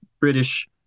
British